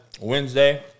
Wednesday